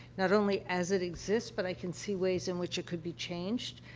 not only as it exists, but i can see ways in which it could be changed,